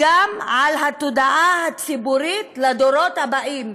גם על התודעה הציבורית לדורות הבאים,